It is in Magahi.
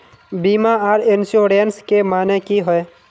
बीमा आर इंश्योरेंस के माने की होय?